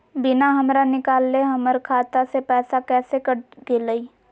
बिना हमरा निकालले, हमर खाता से पैसा कैसे कट गेलई?